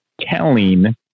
telling